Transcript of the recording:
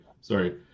Sorry